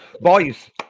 Boys